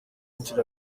inshuro